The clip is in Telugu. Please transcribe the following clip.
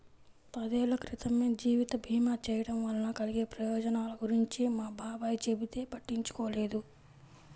పదేళ్ళ క్రితమే జీవిత భీమా చేయడం వలన కలిగే ప్రయోజనాల గురించి మా బాబాయ్ చెబితే పట్టించుకోలేదు